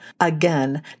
Again